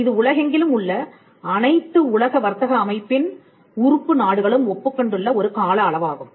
இது உலகெங்கிலும் உள்ள அனைத்து உலக வர்த்தக அமைப்பின் உறுப்பு நாடுகளும் ஒப்புக்கொண்டுள்ள ஒரு கால அளவாகும்